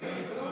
בני, בני.